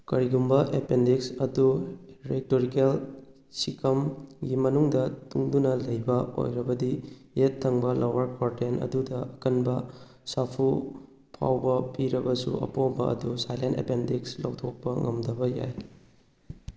ꯀꯔꯤꯒꯨꯝꯕ ꯑꯦꯄꯦꯟꯗꯤꯛꯁ ꯑꯗꯨ ꯔꯦꯇꯣꯔꯤꯀꯦꯜ ꯁꯤꯀꯝꯒꯤ ꯃꯅꯨꯡꯗ ꯇꯨꯡꯗꯨꯅ ꯂꯩꯕ ꯑꯣꯏꯔꯕꯗꯤ ꯌꯦꯠ ꯊꯪꯕ ꯂꯋꯥꯔ ꯀ꯭ꯋꯥꯔꯇꯦꯟ ꯑꯗꯨꯗ ꯑꯀꯟꯕ ꯁꯥꯐꯨ ꯐꯥꯎꯕ ꯄꯤꯔꯕꯁꯨ ꯃꯄꯣꯝꯕ ꯑꯗꯨ ꯁꯥꯏꯂꯦꯟ ꯑꯦꯄꯦꯟꯗꯤꯛꯁ ꯂꯧꯊꯣꯛꯄ ꯉꯝꯗꯕ ꯌꯥꯏ